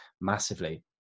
massively